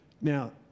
now